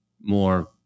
more